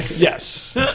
Yes